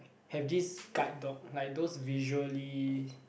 have this guide dog like those visually